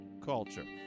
culture